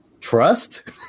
trust